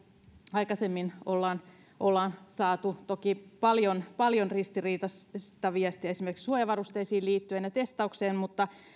aikaisemmin ollaan ollaan saatu toki paljon paljon ristiriitaista viestiä esimerkiksi suojavarusteisiin ja testaukseen liittyen mutta